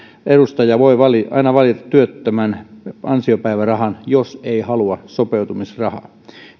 edustaja voi aina valita työttömän ansiopäivärahan jos ei halua sopeutumisrahaa